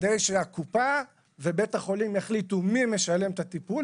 כדי שהקופה ובית החולים יחליטו מי משלם על הטיפול.